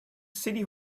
city